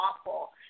awful